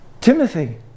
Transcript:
Timothy